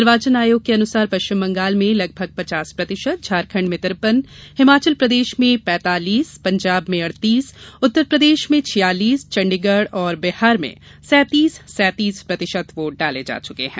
निर्वाचन आयोग के अनुसार पश्चिम बंगाल में लगभग पचास प्रतिशत झारखण्ड में तिरेपन हिमाचल प्रदेश में पैतालीस पंजाब में अड़तीस उत्तरप्रदेश में छियालीस चंडीगढ़ और बिहार में सैतीस सैतीस प्रतिशत वोट डाले जा चुके हैं